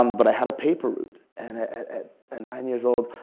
um but i had a paper route. and at at and nine years old,